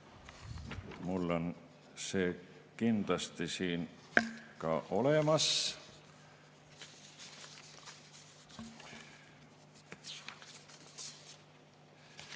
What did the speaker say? Mul on see kindlasti siin olemas.